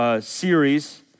series